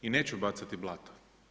I neću bacati blato.